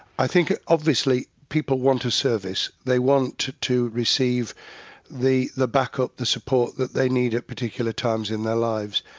i think obviously, people want a service, they want to to receive the the backup, the support that they need at particular times in their life's,